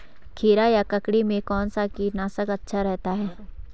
खीरा या ककड़ी में कौन सा कीटनाशक अच्छा रहता है?